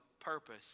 purpose